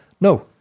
No